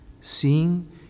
seeing